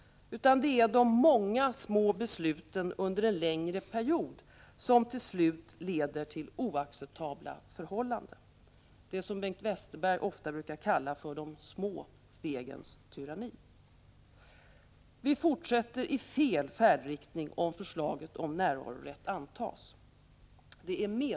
Det är de många små 13 november 1985 besluten under en längre period som till slut leder till oacceptabla förhåålan-ZZ—G— den—-det som Bengt Westerberg ofta brukar kalla för de små stegens tyranni. EE Vi fortsätter i fel färdriktning om förslaget till närvarorätt för personalfö = "4 lföreträdare i komä i ä ä ; munala nämnder reträdare i kommunala nämnder antas.